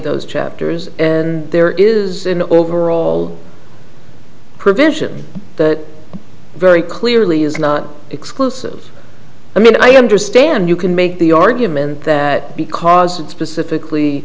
those chapters and there is an overall provision that very clearly is not exclusive i mean i understand you can make the argument that because it specifically